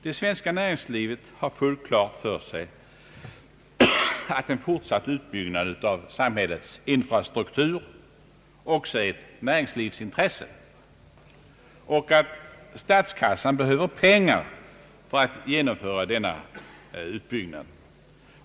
Det svenska näringslivet har fullt klart för sig att en fortsatt utbyggnad av samhällets infrastruktur också är ett näringslivsintresse och att statskassan behöver pengar för att genomföra denna utbyggnad.